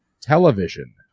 television